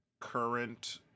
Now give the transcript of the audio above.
current